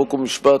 חוק ומשפט,